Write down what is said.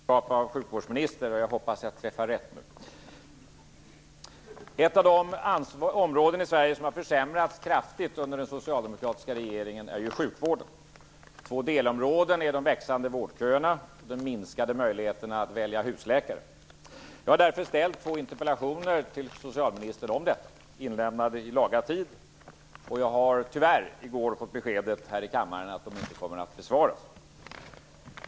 Fru talman! Jag vill ställa en fråga till socialministern i hennes egenskap av sjukvårdsminister. Jag hoppas att jag nu träffar rätt. Ett av de områden i Sverige som har försämrats kraftigt under den socialdemokratiska regeringen är sjukvården. Två delområden är de växande vårdköerna och de minskade möjligheterna att välja husläkare. Jag har därför ställt två interpellationer till socialministern om detta, inlämnade i laga tid. Jag har tyvärr i går fått beskedet här i kammaren att de inte kommer att besvaras.